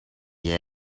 jij